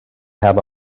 have